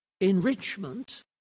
enrichment